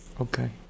Okay